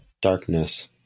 Darkness